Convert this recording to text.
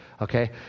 Okay